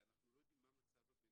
ואנחנו לא יודעים מה מצב הביניים,